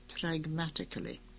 pragmatically